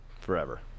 forever